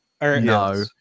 No